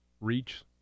reach